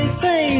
say